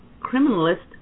criminalist